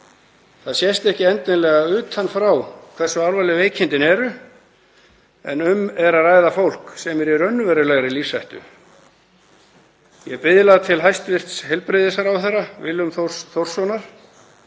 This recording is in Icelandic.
Það sést ekki endilega utan frá hversu alvarleg veikindin eru en um er að ræða fólk sem er í raunverulegri lífshættu. Ég biðla til hæstv. heilbrigðisráðherra, Willums Þórs